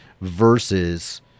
versus